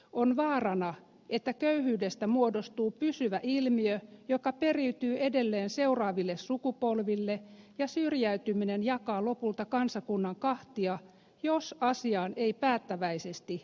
on vaarana että köyhyydestä muodostuu pysyvä ilmiö joka periytyy edelleen seuraaville sukupolville ja syrjäytyminen jakaa lopulta kansakunnan kahtia jos asiaan ei päättäväisesti puututa